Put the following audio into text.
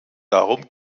darum